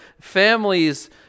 families